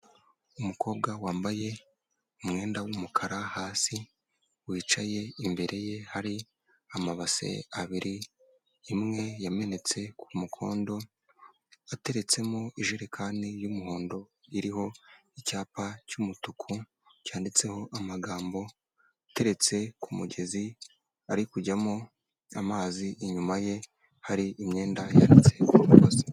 Umukobwa wambaye umwenda w'umukara hasi, wicaye imbere ye hari amabase abiri, imwe yamenetse ku mukondo, ateretsemo ijerekani y'umuhondo iriho icyapa cy'umutuku cyanditseho amagambo ateretse ku mugezi ari kujyamo amazi, inyuma ye hari imyenda yanitse mugozi.